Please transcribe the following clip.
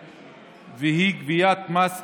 שהיא גביית מס אמת,